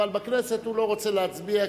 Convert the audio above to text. אבל בכנסת הוא לא רוצה להצביע,